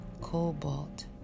cobalt